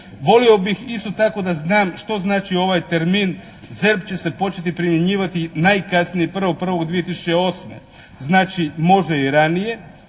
Volio bih isto tako da znam što znači ovaj termin "ZERP će se početi primjenjivati najkasnije 1.1.2008.", znači može i ranije